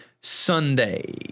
Sunday